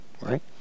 right